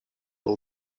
all